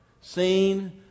seen